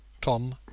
Tom